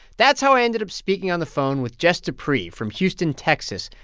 that's how i ended up speaking on the phone with jess dupree from houston, texas,